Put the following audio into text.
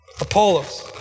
Apollos